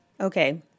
Okay